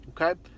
Okay